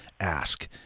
ask